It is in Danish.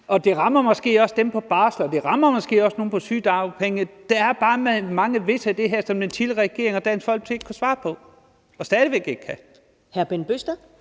det rammer måske også nogle på sygedagpenge. Der er bare mange hvis'er i det her, som den tidligere regering og Dansk Folkeparti ikke kan svare på – stadig væk ikke kan